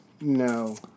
no